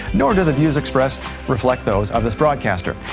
nor do the views expressed reflect those of this broadcaster.